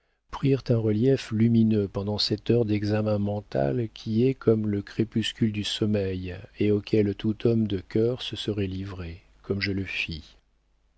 prirent un relief lumineux pendant cette heure d'examen mental qui est comme le crépuscule du sommeil et auquel tout homme de cœur se serait livré comme je le fis